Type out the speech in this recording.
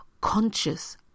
conscious